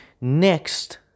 next